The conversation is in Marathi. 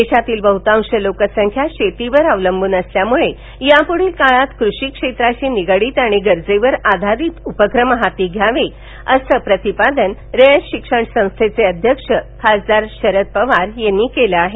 देशातील बहुतांश लोकसंख्या शेतीवर अवलंबून असल्यामुळे यापूढील काळात कृषी क्षेत्राशी निगडित आणि गरजेवर आधारित उपक्रम हाती घ्यावे लागणार आहेत असं प्रतिपादन रयत शिक्षण संस्थेचे अध्यक्ष खासदार शरद पवार यांनी केलं आहे